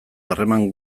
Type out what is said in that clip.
harreman